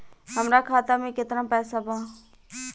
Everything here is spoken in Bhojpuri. हमरा खाता मे केतना पैसा बा?